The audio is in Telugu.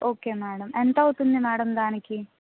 ఓకే మేడం ఎంతవుతుంది మేడం దానికి